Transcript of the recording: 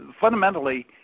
fundamentally